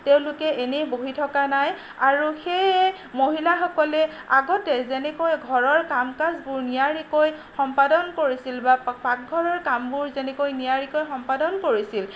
তেওঁলোকে এনেই বহি থকা নাই আৰু সেয়ে মহিলাসকলে আগতে যেনেকৈ ঘৰৰ কাম কাজবোৰ নিয়াৰিকৈ সম্পাদন কৰিছিল বা পাকঘৰৰ কামবোৰ যেনেকৈ নিয়াৰিকৈ সম্পাদন কৰিছিল